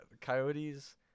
coyotes